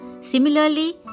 Similarly